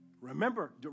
Remember